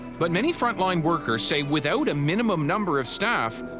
but many front line workers say without a minimum number of staff,